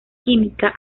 química